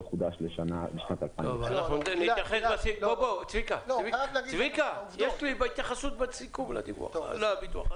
חודש לשנת 2019. נתייחס בסיכום לביטוח.